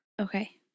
Okay